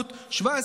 הנושא: חוזרים לעזה.